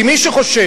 כי מי שחושב